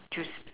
choose